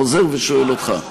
וחוזר ושואל אותך: